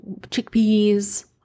chickpeas